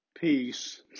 peace